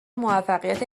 موفقیت